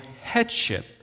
headship